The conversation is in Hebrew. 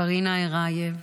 קרינה ארייב,